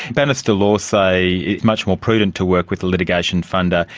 bannister law say it's much more prudent to work with a litigation funder.